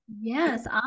Yes